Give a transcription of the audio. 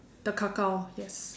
the cacao yes